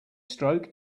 stroke